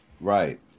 Right